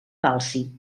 calci